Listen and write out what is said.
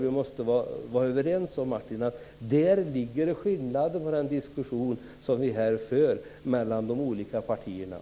Vi måste vara överens, Martin Nilsson, om att där ligger skillnaden mellan de olika partierna i den diskussion som vi här har fört.